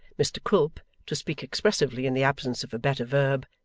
mr quilp, to speak expressively in the absence of a better verb,